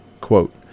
Quote